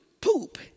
poop